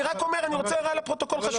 אני רוצה הערה חשובה לפרוטוקול.